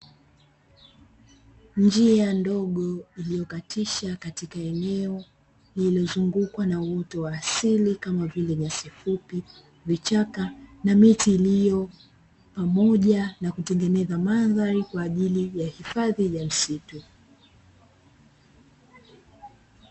Njia ndogo iliyokatisha katika eneo lililozungukwa na uoto wa asili kama vile: nyasi fupi, vichaka na miti; pamoja na kutengeneza mandhari kwa ajili ya hifadhi ya misitu.